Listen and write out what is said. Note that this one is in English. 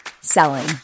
selling